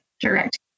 direct